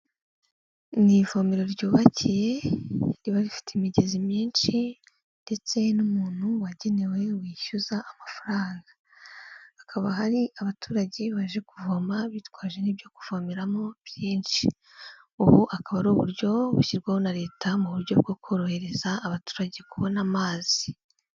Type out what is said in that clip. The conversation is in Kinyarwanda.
Mu ivomero ryubakiye riba rifite imigezi myinshi ndetse n'umuntu wagenewe wishyuza amafaranga, hakaba hari abaturage baje kuvoma bitwaje n'ibyo kuvomeramo byinshi, ubu akaba ari uburyo bushyirwaho na leta mu buryo bwo korohereza abaturage kubona amazi.